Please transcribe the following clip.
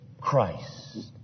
Christ